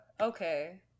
okay